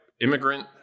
immigrant